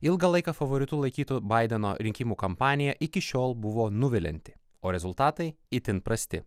ilgą laiką favoritu laikytu baideno rinkimų kampanija iki šiol buvo nuvilianti o rezultatai itin prasti